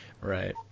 Right